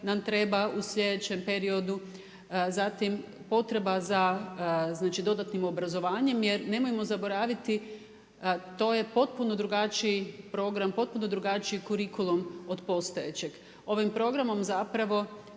nam treba u slijedećem periodu. Zatim potreba za dodatnim obrazovanjem jer nemojmo zaboraviti to je potpuno drugačiji program potpuno drugačiji kurikulum od postojećeg. Ovim programom zapravo